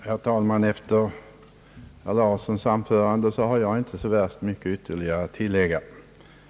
Herr talman! Efter herr Larssons anförande har jag inte så värst mycket att tillägga.